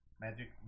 magic